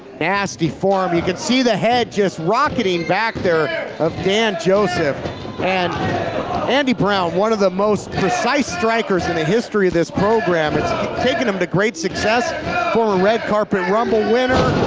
nasty form, you can see the head just rocketing back there of dan joseph and andy brown, one of the most precise strikers in the history of this program. it's taken him to great success for a red carpet rumble winner.